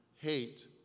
hate